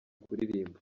kuririmba